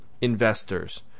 investors